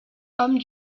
homme